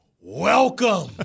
Welcome